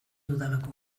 dudalako